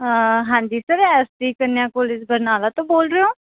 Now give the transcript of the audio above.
ਹਾਂ ਹਾਂਜੀ sir S D Kanya college Barnala ਤੋਂ ਬੋਲ ਰਹੇ ਹੋ